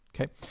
Okay